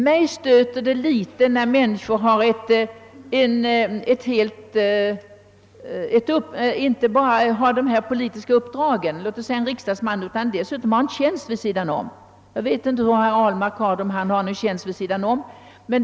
Mig stöter det litet, när en riksdagsman inte bara har politiska uppdrag utan även har en tjänst vid sidan om. Jag vet inte om herr Ahlmark har någon tjänst vid sidan om.